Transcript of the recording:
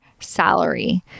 salary